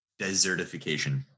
desertification